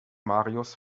marius